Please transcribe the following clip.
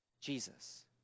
Jesus